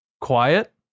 quiet